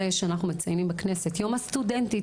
שאנחנו מקיימים בכנסת יום הסטודנטית,